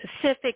pacific